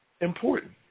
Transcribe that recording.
important